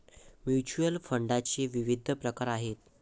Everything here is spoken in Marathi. म्युच्युअल फंडाचे विविध प्रकार आहेत